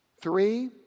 Three